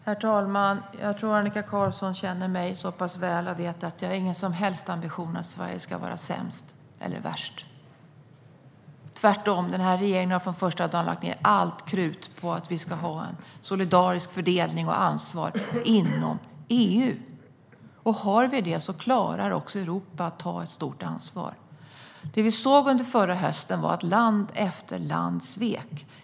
Herr talman! Jag tror att Annika Qarlsson känner mig så pass väl att hon vet att jag inte har någon som helst ambition att Sverige ska vara sämst eller värst. Tvärtom har regeringen från första dagen lagt allt krut på att vi ska ha en solidarisk fördelning och ett ansvar inom EU. Om vi har det klarar Europa att ta ett stort ansvar. Det vi såg under förra hösten var att land efter land svek.